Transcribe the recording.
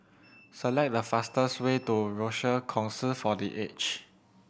select the fastest way to Rochor Kongsi for The Age